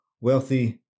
wealthy